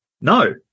No